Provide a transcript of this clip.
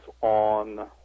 on